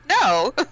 no